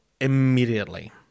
immediately